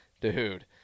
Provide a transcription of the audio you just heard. Dude